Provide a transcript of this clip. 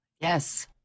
Yes